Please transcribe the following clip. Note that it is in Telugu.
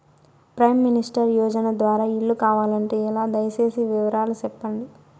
ప్రైమ్ మినిస్టర్ యోజన ద్వారా ఇల్లు కావాలంటే ఎలా? దయ సేసి వివరాలు సెప్పండి?